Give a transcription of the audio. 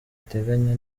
ateganya